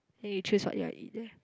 then you choose what you want eat there